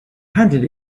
handed